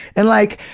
and like,